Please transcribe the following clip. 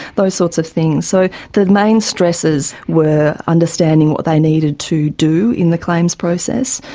those sorts of things. so the main stressors were understanding what they needed to do in the claims process,